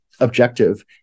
objective